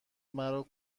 مرا